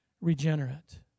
regenerate